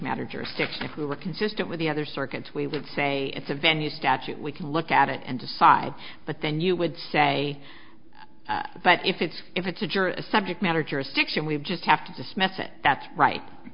matter jurisdiction if we were consistent with the other circuits we would say it's a venue statute we can look at it and decide but then you would say but if it's if it's a juror a subject matter jurisdiction we've just have to dismiss it that's right